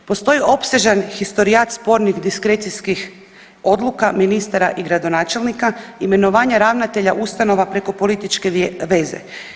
Postoji opsežan historijat spornih diskrecijskih odluka ministara i gradonačelnika, imenovanje ravnatelja ustanova preko političke veze.